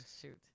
Shoot